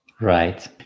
Right